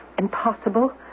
impossible